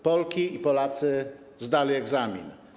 Polki i Polacy zdali egzamin.